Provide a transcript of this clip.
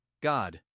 God